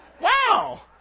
wow